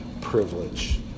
privilege